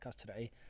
today